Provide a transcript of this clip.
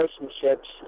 relationships